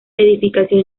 edificación